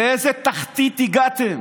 לאיזו תחתית הגעתם.